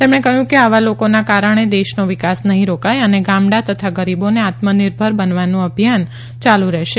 તેમણે કહ્યું કે આવા લોકોના કારણે દેશનો વિકાસ નહી રોકાય અને ગામડા તથા ગરીબોને આત્મનિર્ભર બનાવવાનું અભિયાન યાલુ રહેશે